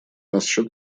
насчет